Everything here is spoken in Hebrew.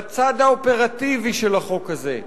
בצד האופרטיבי של החוק הזה,